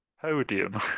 podium